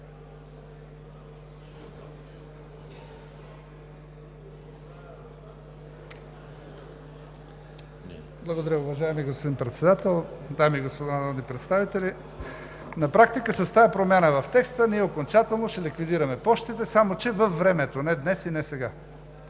Благодаря, уважаеми господин Председател. Дами и господа народни представители! На практика с тази промяна в текста ние окончателно ще ликвидираме пощите, само че във времето – не днес и не сега.